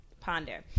Ponder